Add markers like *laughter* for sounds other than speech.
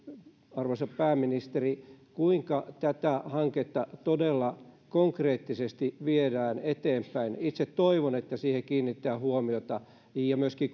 arvoisa pääministeri kuinka tätä hanketta todella konkreettisesti viedään eteenpäin itse toivon että siihen kiinnitetään huomiota ja myöskin *unintelligible*